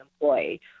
employee